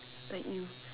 like you